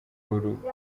urugo